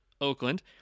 Oakland